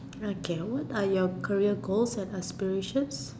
okay what are your career goals and aspirations